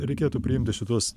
reikėtų priimti šituos